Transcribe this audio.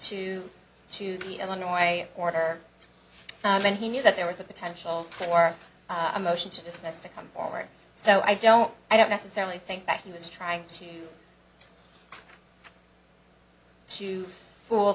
to to the illinois border when he knew that there was a potential for a motion to dismiss to come forward so i don't i don't necessarily think back he was trying to to fool